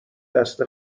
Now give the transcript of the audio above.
دست